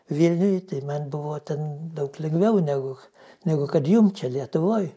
vilniuj tai man buvo ten daug lengviau negu negu kad jum čia lietuvoj